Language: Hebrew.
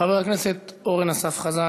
חבר הכנסת אורן אסף חזן,